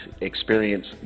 experience